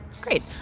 Great